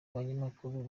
abanyamakuru